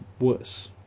worse